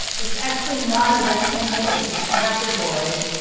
it's actually not a rectangle. it's a trapezoid.